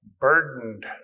burdened